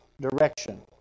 direction